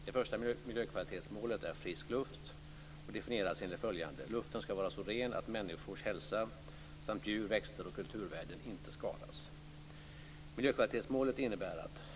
Det första miljökvalitetsmålet är frisk luft och definieras enligt följande: Luften ska vara så ren att människors hälsa samt djur, växter och kulturvärden inte skadas.